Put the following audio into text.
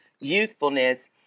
youthfulness